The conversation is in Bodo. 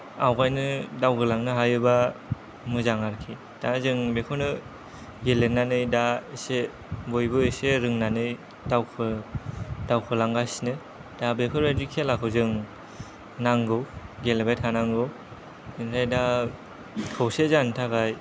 आवगायनो दावबायलांनो हायोबा मोजां आरोखि दा जों बेखौनो गेलेनानै दा एसे बयबो एसे रोंनानै दावखो दावखोलांगासिनो दा बेफोरबायदि खेलाखौ जों नांगौ गेलेबाय थानांगौ ओमफ्राय दा खौसे जानो थाखाय